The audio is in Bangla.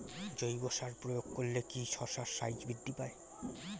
জৈব সার প্রয়োগ করলে কি শশার সাইজ বৃদ্ধি পায়?